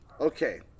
okay